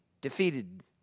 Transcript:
Defeated